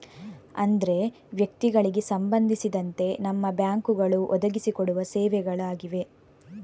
ಅಂದ್ರೆ ವ್ಯಕ್ತಿಗಳಿಗೆ ಸಂಬಂಧಿಸಿದಂತೆ ನಮ್ಮ ಬ್ಯಾಂಕುಗಳು ಒದಗಿಸಿ ಕೊಡುವ ಸೇವೆಗಳು ಆಗಿವೆ